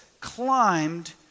climbed